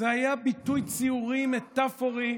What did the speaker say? זה היה ביטוי ציורי, מטפורי.